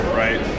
right